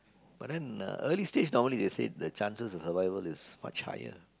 but then uh early stage normally they say the chances of survival is much higher